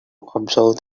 observe